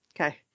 Okay